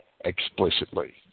explicitly